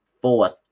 fourth